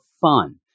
fun